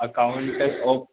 account of